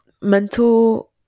mental